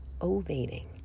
ovating